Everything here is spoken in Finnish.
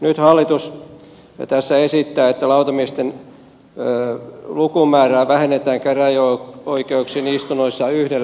nyt hallitus tässä esittää että lautamiesten lukumäärää vähennetään käräjäoikeuksien istunnoissa yhdellä henkilöllä